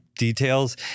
details